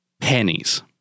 pennies